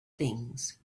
things